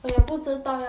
orh